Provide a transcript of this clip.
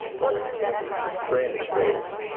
most strange ways.